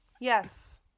Yes